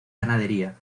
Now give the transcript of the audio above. ganadería